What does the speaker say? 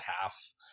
half